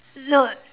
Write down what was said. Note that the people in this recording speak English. not